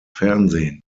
fernsehen